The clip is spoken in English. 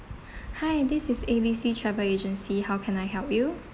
hi this is A B C travel agency how can I help you